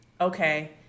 okay